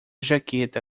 jaqueta